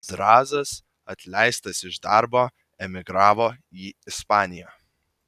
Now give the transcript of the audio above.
zrazas atleistas iš darbo emigravo į ispaniją